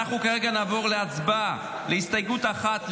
אנחנו כרגע נעבור להצבעה על הסתייגות 1,